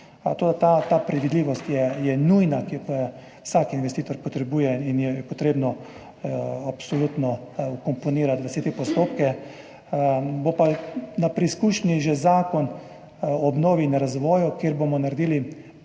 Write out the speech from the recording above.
ta predvidljivost je nujna in jo vsak investitor potrebuje in jo je treba absolutno vkomponirati v vse te postopke. Bo pa na preizkušnji že zakon o obnovi in razvoju, kjer bomo naredili,